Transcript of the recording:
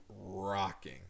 rocking